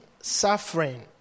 suffering